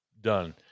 done